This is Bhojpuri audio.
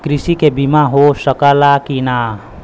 कृषि के बिमा हो सकला की ना?